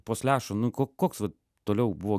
po slešo nu ko koks va toliau buvo